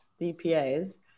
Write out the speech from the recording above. DPA's